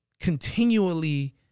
continually